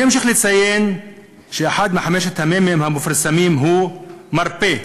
אני אמשיך ואציין שאחד מחמשת המ"מים המפורסמים הוא מרפא,